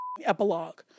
epilogue